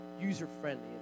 user-friendly